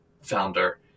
founder